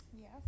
Yes